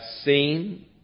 seen